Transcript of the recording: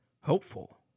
hopeful